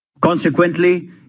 Consequently